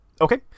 Okay